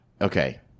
Okay